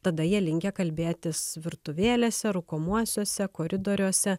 tada jie linkę kalbėtis virtuvėlėse rūkomuosiuose koridoriuose